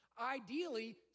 Ideally